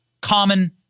common